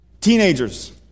Teenagers